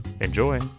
Enjoy